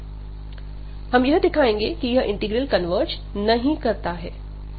हम यह दिखाएंगे की यह इंटीग्रल कन्वर्ज नहीं करता है